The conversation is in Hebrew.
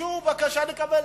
הגישו בקשה לקבל.